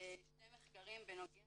שני מחקרים בנוגע